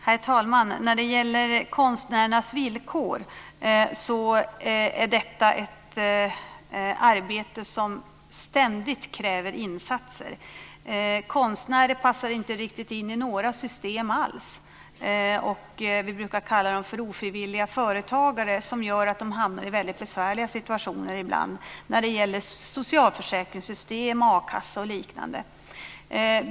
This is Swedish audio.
Herr talman! Arbetet med konstnärernas villkor kräver ständigt insatser. Konstnärer passar inte riktigt in i några system alls. Vi brukar kalla dem för ofrivilliga företagare. Det gör att de ibland hamnar i väldigt besvärliga situationer när det gäller socialförsäkringssystem, a-kassa och liknande.